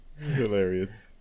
Hilarious